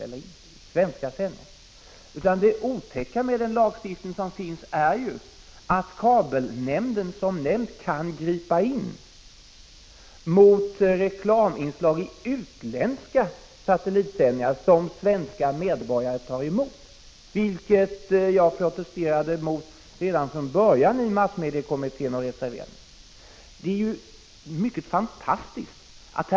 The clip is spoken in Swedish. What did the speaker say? Det otäcka med = 12 december 1985 den lagstiftning som finns är att kabelnämnden kan ingripa mot reklaminslag —— i utländska satellitsändningar som svenska medborgare tar emot, vilket jag Radios och Tvä ER sändningar i kabelnät protesterade mot och reserverade mig emot redan från början i massmem.m. diekommittén.